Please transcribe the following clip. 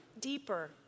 deeper